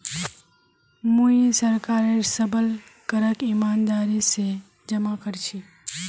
मुई सरकारेर सबल करक ईमानदारी स जमा कर छी